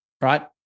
right